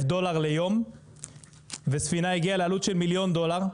דולר ליום וספינה הגיעה לעלות של מיליון דולר,